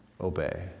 obey